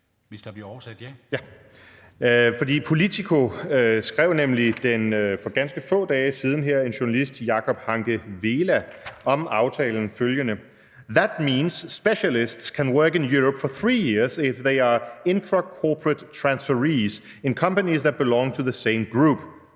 Hvis der bliver oversat, så ja). For Politico skrev nemlig følgende for ganske få dage siden om aftalen, her journalisten Jakob Hanke Vela: »That means specialists can work in Europe for three years, if they are "intra-corporate transferees" in companies that belong to the same group.«